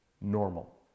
normal